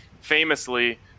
famously